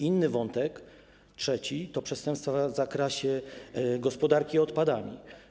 Inny wątek, trzeci, to przestępstwa w zakresie gospodarki odpadami.